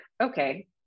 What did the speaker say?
Okay